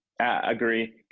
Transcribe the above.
agree